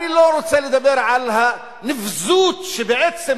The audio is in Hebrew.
אני לא רוצה לדבר על הנבזות שבעצם